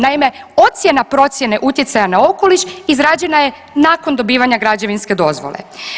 Naime, ocjena procjene utjecaja na okoliš izrađena je nakon dobivanja građevinske dozvole.